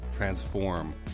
transform